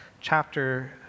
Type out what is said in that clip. chapter